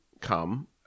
come